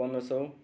पन्ध्र सौ